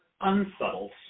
unsubtle